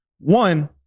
One